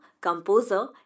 composer